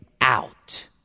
out